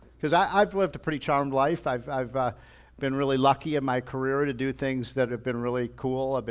cause i've lived a pretty charmed life. i've i've been really lucky in my career to do things that have been really cool. ah but